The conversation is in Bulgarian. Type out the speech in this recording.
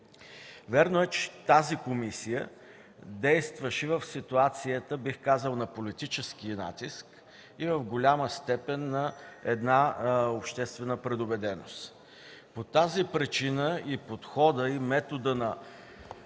Вярно е, че тази комисия действаше в ситуацията на политически натиск и в голяма степен на една обществена предубеденост. По тази причина и подходът, и методът на